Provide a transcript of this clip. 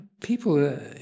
people